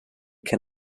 can